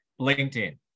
LinkedIn